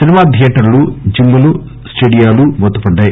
cinema థియేటర్లు gym లు స్టేడియాలు మూతపడ్డాయి